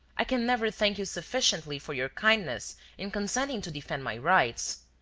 i can never thank you sufficiently for your kindness in consenting to defend my rights.